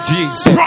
Jesus